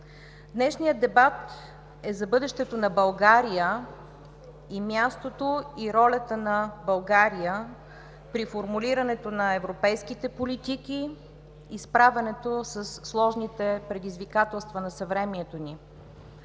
Днешният дебат е за бъдещето на България и мястото, и ролята на България при формулирането на европейските политики и справянето със сложните предизвикателства на съвремието ни.